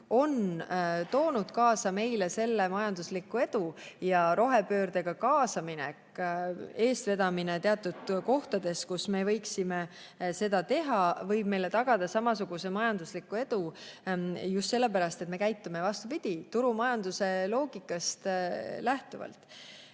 toonud meile majandusliku edu, ja rohepöördega kaasaminek, eestvedamine teatud kohtades, kus me võiksime seda teha, võib meile tagada samasuguse majandusliku edu. Ja just sellepärast, et me käitume turumajanduse loogikast lähtuvalt.